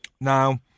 Now